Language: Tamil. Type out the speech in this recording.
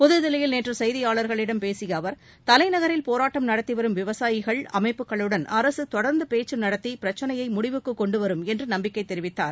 புதுதில்லியில் நேற்று செய்தியாளர்களிடம் பேசிய அவர் தலைநகரில் போராட்டம் நடத்தி வரும் விவசாயிகள் அமைப்புகளுடன் அரசு தொடர்ந்து பேச்சு நடத்தி பிரச்னையை முடிவுக்குக் கொண்டு வரும் என்று நம்பிக்கை தெரிவித்தார்